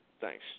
Thanks